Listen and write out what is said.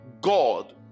God